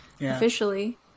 officially